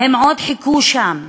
הם עוד חיכו שם